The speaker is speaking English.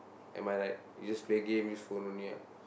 am I right we just play game use phone only what